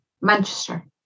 Manchester